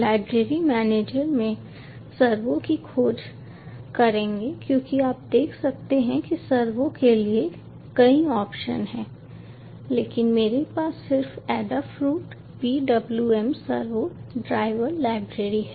library manager में servo की खोज करेंगे क्योंकि आप देख सकते हैं कि सर्वो के लिए कई ऑप्शन हैं लेकिन मेरे पास सिर्फ Adafruit PWM servo driver library है